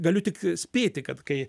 galiu tik spėti kad kai